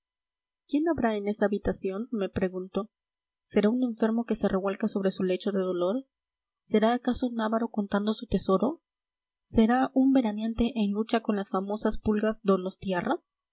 quién habrá en esa habitación me pregunto será un enfermo que se revuelca sobre su lecho de dolor será acaso un avaro contando su tesoro será un veraneante en lucha con las famosas pulgas donostiarras